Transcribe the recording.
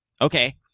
Okay